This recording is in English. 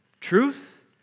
Truth